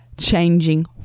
changing